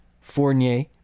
Fournier